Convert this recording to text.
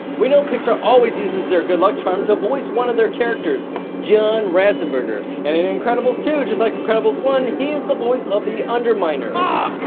we know pixar always uses their good luck charm to voice one of their characters john ratzenberger. and in incredibles two just like in incredibles one, he is the voice of the underminer. ah